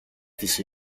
της